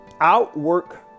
outwork